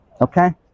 okay